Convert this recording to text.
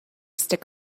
stick